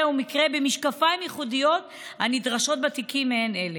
ומקרה במשקפיים ייחודיים הנדרשים בתיקים מעין אלה.